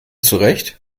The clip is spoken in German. zurecht